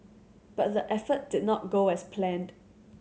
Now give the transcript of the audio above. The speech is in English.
but the effort did not go as planned